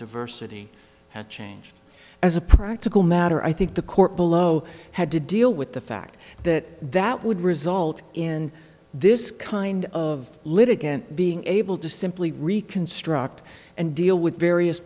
diversity had changed as a practical matter i think the court below had to deal with the fact that that would result in this kind of litigant being able to simply reconstruct and deal with various